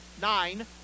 nine